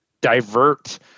divert